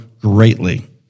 greatly